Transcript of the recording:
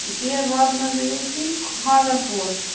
تُہۍ حظ واتنٲے زیٚو ییٚتی حٲدَر پوٗر